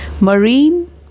marine